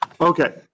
Okay